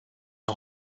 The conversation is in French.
est